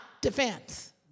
defense